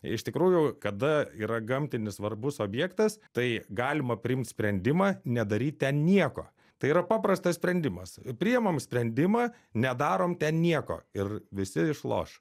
iš tikrųjų kada yra gamtinis svarbus objektas tai galima priimt sprendimą nedaryt ten nieko tai yra paprastas sprendimas priimam sprendimą nedarom nieko ir visi išloš